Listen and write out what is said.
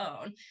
own